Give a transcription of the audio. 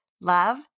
love